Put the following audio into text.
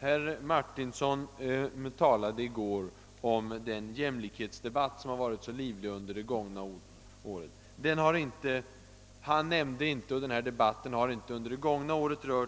Herr Martinsson talade i går om den jämlikhetsdebatt som varit så livlig under det gångna året. Den debatten har inte